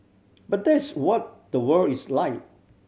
but that's what the world is like